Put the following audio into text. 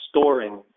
storing